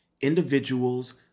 individuals